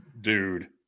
Dude